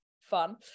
fun